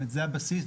זה הבסיס,